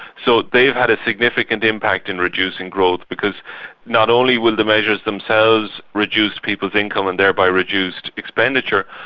so they've had a significant impact in reducing growth, because not only will the measures themselves reduce people's income and thereby reduce expenditure,